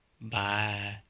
Bye